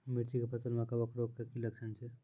मिर्ची के फसल मे कवक रोग के की लक्छण छै?